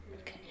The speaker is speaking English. Okay